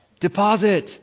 Deposit